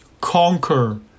conquer